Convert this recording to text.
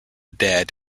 dead